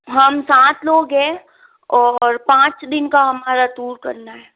हम सात लोग हैं और पाँच दिन का हमारा टूर करना है